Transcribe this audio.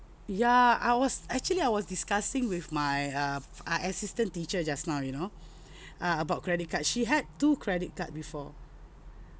yeah I was actually I was discussing with my um uh assistant teacher just now you know uh about credit card she had two credit card before